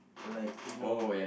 like you know